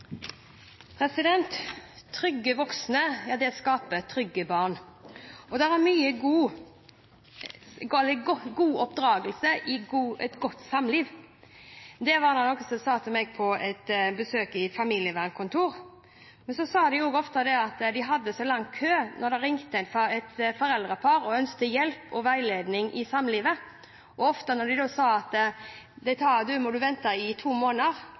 til. Trygge voksne skaper trygge barn. Det er mye god oppdragelse i et godt samliv, var det noen som sa til meg under et besøk på et familievernkontor. De sa også at de ofte hadde så lang kø. Når det ringer et foreldrepar og ønsker hjelp og veiledning i samlivet, må de ofte si at de må vente i to måneder.